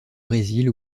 brésil